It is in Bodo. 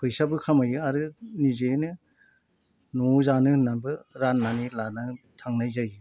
फैसाबो खामायो आरो निजेयैनो न'आव जानो होन्नानैबो रान्नानै लानो थांनाय जायो